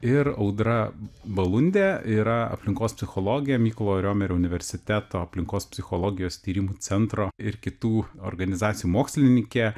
ir audra balundė yra aplinkos psichologė mykolo riomerio universiteto aplinkos psichologijos tyrimų centro ir kitų organizacijų mokslininkė